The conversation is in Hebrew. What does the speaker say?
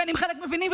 בין שחלק מבינים,